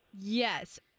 Yes